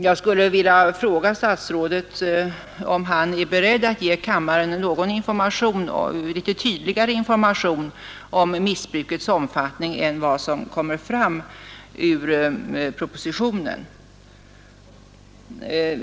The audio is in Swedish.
Jag skulle vilja fråga statsrådet, om han är beredd att ge kammaren litet tydligare information om missbrukets omfattning än vad som kommer fram i propositionen.